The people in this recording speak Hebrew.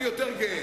אני יותר גאה.